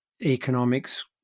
economics